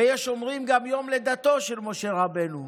ויש אומרים גם יום לידתו של משה רבנו,